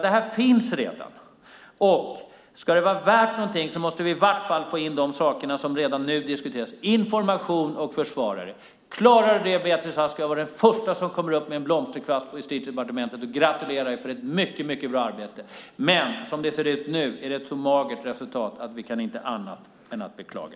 Det här finns alltså redan. Ska det vara värt någonting måste vi i varje fall få in de saker som redan nu diskuteras: information och försvarare. Klarar du det, Beatrice Ask, ska jag vara den förste som kommer upp till Justitiedepartementet med en blomsterkvast och gratulerar dig till ett mycket bra arbete. Men som det ser ut nu är det ett så magert resultat att vi inte kan annat än beklaga.